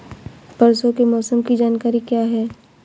परसों के मौसम की जानकारी क्या है?